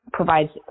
provides